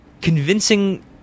convincing